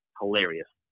hilarious